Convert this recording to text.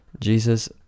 Jesus